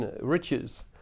riches